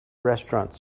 restaurant